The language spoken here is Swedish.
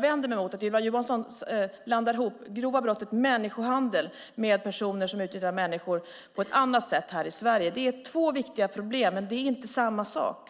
vänder mig mot att Ylva Johansson blandar ihop det grova brottet människohandel med personer som utnyttjar människor på ett annat sätt här i Sverige. Det är två viktiga problem, men det är inte samma sak.